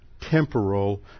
temporal